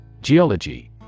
Geology